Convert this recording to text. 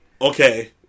Okay